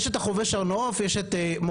יש את "החובש הר נוף",